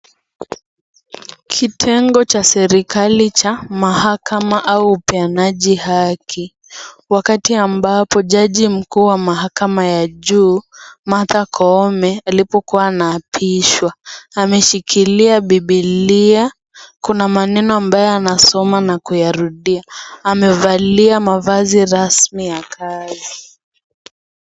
Kitengo cha serikali cha mahakama au upeanaji haki, wakati ambapo jaji mkuu wa mahakama ya juu Martha Koome alipokuwa anaapishwa ameshikilia bibilia kuna maneno ambayo anasoma na kuyarudia amevalia mavazi rasmi ya kazi.